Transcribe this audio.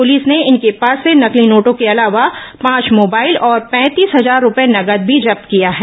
police ने इनके पास से नकली नोटों के अलावा पांच मोबाइल और पैंतीस हजार रूपये नगद भी जब्त किया है